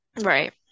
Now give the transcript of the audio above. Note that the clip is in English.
Right